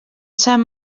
sant